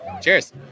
Cheers